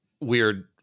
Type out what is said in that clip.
weird